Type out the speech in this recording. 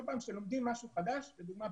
כל פעם שלומדים משהו חדש לדוגמה,